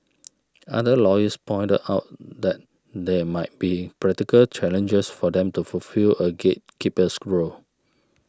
other lawyers pointed out that there might be practical challenges for them to fulfil a gatekeeper's role